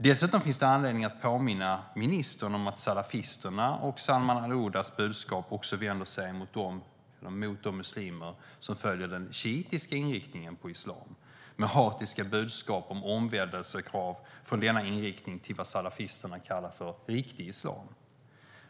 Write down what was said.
Dessutom finns det anledning att påminna ministern om att salafisternas och Salman al-Oudas budskap också vänder sig mot de muslimer som följer den shiitiska inriktningen av islam med hatiska budskap om krav på omvändelse från denna inriktning till vad salafisterna kallar riktig islam.